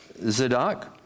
Zadok